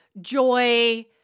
joy